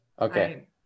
Okay